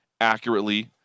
accurately